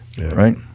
Right